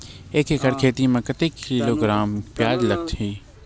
एक एकड़ खेती म के किलोग्राम प्याज लग ही?